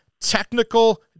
technical